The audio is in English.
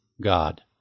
God